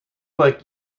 like